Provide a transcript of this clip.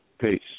Peace